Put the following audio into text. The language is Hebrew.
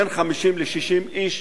בין 50 ל-60 איש.